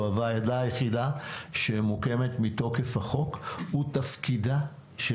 זו הוועדה היחידה שמוקמת מתוקף החוק ותפקידה של